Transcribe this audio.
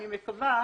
אני מקווה,